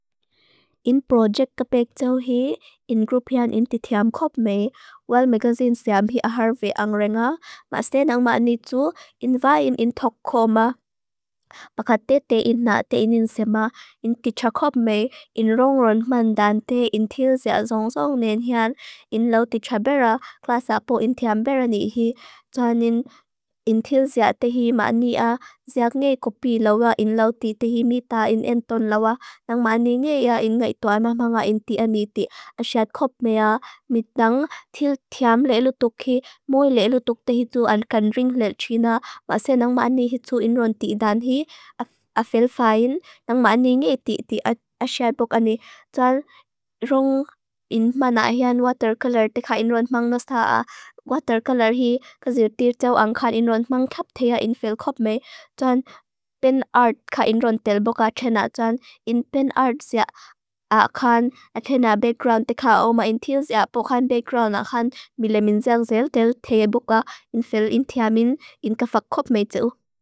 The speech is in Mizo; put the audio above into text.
In projekt kapek taw hi, in grupian in titiam kop mei, Wal Magazine siam hi aharve ang renga. Ma se nang ma ni tu, in vaim in tok ko ma. Pakate te in na te inin sema, in kitcha kop mei, in rong rong man dan te, in tilsia zong zong nen hian. In lau titra bera, klasa po in tiam bera ni hi, joan in, in tilsia te hi ma ni a, siak ne kopi lawa, in lau titi hi mita, in enton lawa, nang ma ni nge ia, in enton lawa. Ma nga in tia ni ti, asiat kop mei a, mita nang, til tiam leilutuk hi, mui leilutuk te hitu an kan ring lel china, ma se nang ma ni hitu in rong ti dan hi, a fil fain, nang ma ni nge ti, ti asiat boka ni. Joan rong, in ma na hian, watercolour, te ka in rong mang nosa a, watercolour hi, kazir tirtaw ang kan, in rong mang kap te ia. In fil kop mei, joan, pen art ka in rong tel boka, ba chena joan, in pen art siak, a kan, a chena background, te ka oma in tilsia, pokan background a kan, mi le min zang zel tel, te ye boka, in fil in tiamin, in kafa kop mei tel.